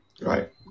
Right